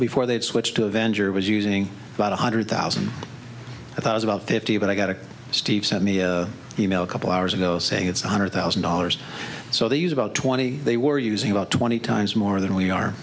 before they switched to avenger was using about one hundred thousand i thought about fifty but i got a steve sent me an e mail couple hours ago saying it's one hundred thousand dollars so they use about twenty they were using about twenty times more than we are